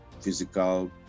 physical